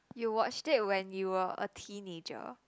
you watched it when you were a teenager